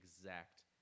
exact